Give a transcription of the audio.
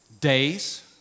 days